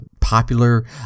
popular